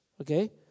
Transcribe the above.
okay